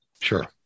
Sure